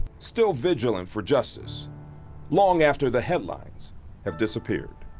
still vigilant for justice long after the headlines have disappeared.